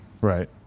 Right